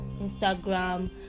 instagram